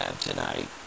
tonight